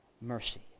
mercy